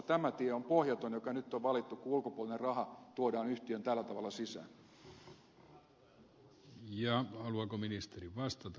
tämä tie on pohjaton joka nyt on valittu kun ulkopuolinen raha tuodaan yhtiöön tällä tavalla sisään